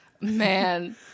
man